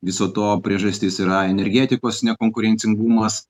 viso to priežastis yra energetikos nekonkurencingumas